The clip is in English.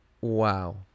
wow